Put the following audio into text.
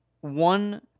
one